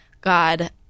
God